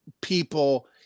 people